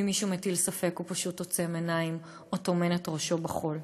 ואם מישהו מטיל ספק הוא פשוט עוצם עיניים או טומן את ראשו בחול.